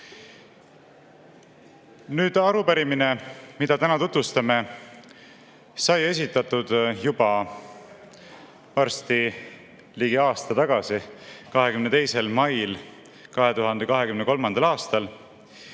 Arupärimine, mida täna tutvustame, sai esitatud varsti juba ligi aasta tagasi, 22. mail 2023. aastal,